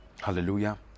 Hallelujah